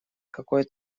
какой